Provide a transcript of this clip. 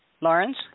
Lawrence